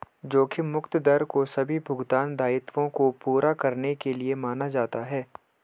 जोखिम मुक्त दर को सभी भुगतान दायित्वों को पूरा करने के लिए माना जाता है